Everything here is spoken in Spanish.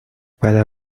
para